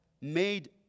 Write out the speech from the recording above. made